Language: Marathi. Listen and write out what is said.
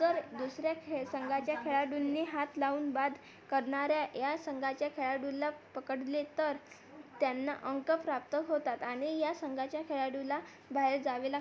जर दुसऱ्या खे संघाच्या खेळाडूंनी हात लावून बाद करणाऱ्या या संघाच्या खेळाडूला पकडले तर त्यांना अंक प्राप्त होतात आणि या संघाच्या खेळाडूला बाहेर जावे लागते